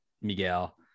Miguel